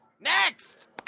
Next